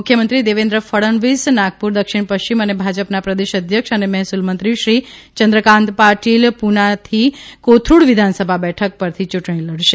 મુખ્યમંત્રીશ્રી દેવેન્દ્ર ફડણવીસ નાગપુર દક્ષિણ પશ્ચિમ અને ભાજપના પ્રદેશ અધ્યક્ષ અને મહેસૂલમંત્રીશ્રી ચંદ્રકાંત પાટિલ પુનાની કોથરૂડ વિધાનસભા બેઠક પરથી યૂંટણી લડશે